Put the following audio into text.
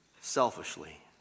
selfishly